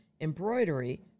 embroidery